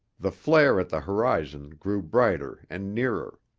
the flare at the horizon grew brighter and nearer.